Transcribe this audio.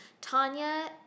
Tanya